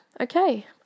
okay